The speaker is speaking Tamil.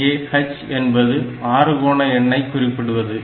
இங்கே h என்பது ஆறுகோண எண்ணை குறிப்பிடுவது